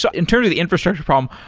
so in terms of the infrastructure problem,